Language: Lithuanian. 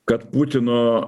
kad putino